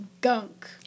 gunk